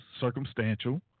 circumstantial